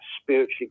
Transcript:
spiritually